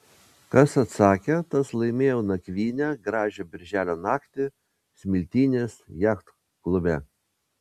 kas atsakė tas laimėjo nakvynę gražią birželio naktį smiltynės jachtklube